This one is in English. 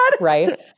Right